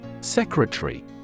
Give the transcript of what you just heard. Secretary